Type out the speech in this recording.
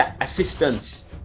assistance